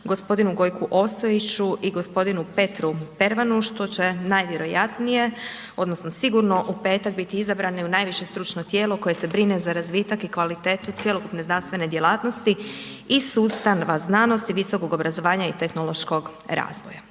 g. Gojku Ostojiću i g. Petru Pervanu što će najvjerojatnije odnosno sigurno u petak biti izabrani u najviše stručno tijelo koje se brine za razvitak i kvalitetu cjelokupne znanstvene djelatnosti iz sustava znanosti, visokog obrazovanja i tehnološkog razvoja.